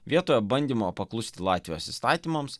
vietoje bandymo paklusti latvijos įstatymams